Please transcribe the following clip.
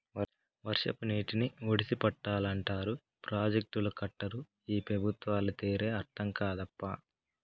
వర్షపు నీటిని ఒడిసి పట్టాలంటారు ప్రాజెక్టులు కట్టరు ఈ పెబుత్వాల తీరే అర్థం కాదప్పా